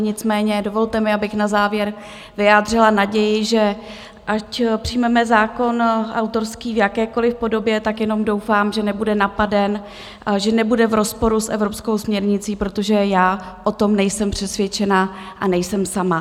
Nicméně dovolte mi, abych na závěr vyjádřila naději, že ať přijmeme autorský zákon v jakékoliv podobě, jenom doufám, že nebude napaden a že nebude v rozporu s evropskou směrnicí, protože já o tom nejsem přesvědčena, a nejsem sama.